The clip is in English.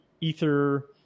ether